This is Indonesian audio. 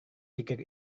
pikir